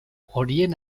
horien